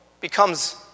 becomes